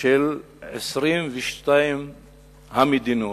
של 22 המדינות,